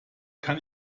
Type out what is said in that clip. kann